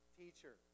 teacher